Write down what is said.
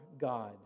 God